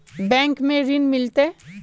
Bank में ऋण मिलते?